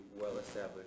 well-established